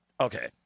okay